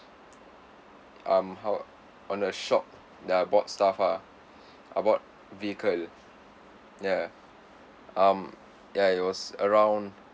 um how on the shop that I bought stuff ah I bought vehicle ya um ya it was around